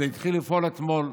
זה התחיל לפעול אתמול,